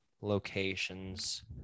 locations